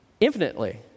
infinitely